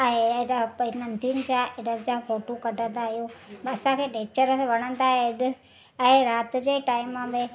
ऐं अहिड़ा भई नदियुनि जा इन्हनि जा फोटू कढंदा आहियूं असांखे नेचर वणंदा आहिनि ऐं राति जे टाइम में